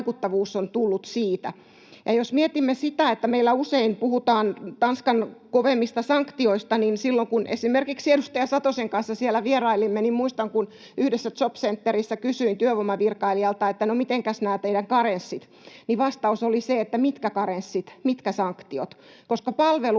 että se vaikuttavuus on tullut siitä. Jos mietimme sitä, että meillä usein puhutaan Tanskan kovemmista sanktioista, niin silloin, kun esimerkiksi edustaja Satosen kanssa siellä vierailimme, muistan, että kun yhdessä jobcenterissä kysyin työvoimavirkailijalta, että no mitenkäs nämä teidän karenssit, niin vastaus oli se, että mitkä karenssit, mitkä sanktiot. Palvelu